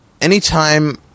anytime